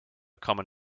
common